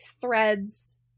threads